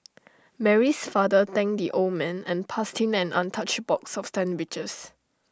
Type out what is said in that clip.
Mary's father thanked the old man and passed him an untouched box of sandwiches